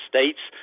States